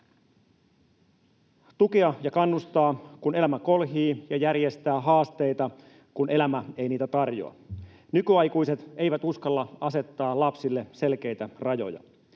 tukea ja kannustaa, kun elämä kolhii, ja järjestää haasteita, kun elämä ei niitä tarjoa. Nykyaikuiset eivät uskalla asettaa lapsille selkeitä rajoja.